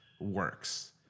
works